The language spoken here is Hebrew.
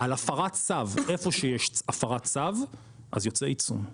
על הפרת צו איפה שיש הפרת צו אז יוצא עיצום,